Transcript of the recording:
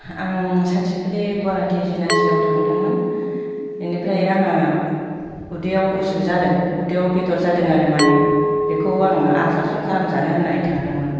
आं सानसेखालि Guwahati G N R C आव थांदोंमोन बेनिफ्राय आंहा उदैयाव उसुग जादों उदैयाव बेदर जादों आरो माने बेखौ आङो आल्ट्रासाउन्ड खालामजानो होननानै थांदोंमोन